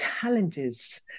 challenges